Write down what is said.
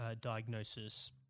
diagnosis